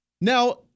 Now